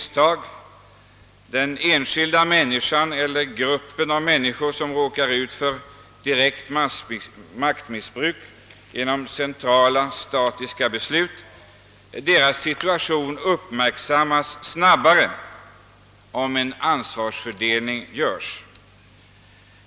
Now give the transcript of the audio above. Situationen för de censkilda människor eller grupper av :människor, som råkar ut för direkt maktmissbruk genom centrala, statiska beslut, uppmärksammas snabbare om en ansvarsfördelning görs.